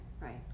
right